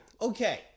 Okay